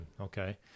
okay